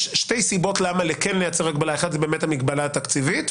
יש שתי סיבות למה כן לייצר הגבלה: האחת זה המגבלה התקציבית,